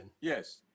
Yes